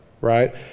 right